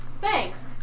thanks